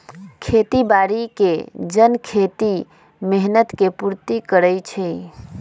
खेती बाड़ी के जन खेती में मेहनत के पूर्ति करइ छइ